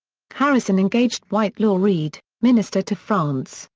harrison engaged whitelaw reid, minister to france,